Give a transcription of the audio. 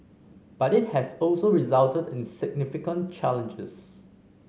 but it has also resulted in significant challenges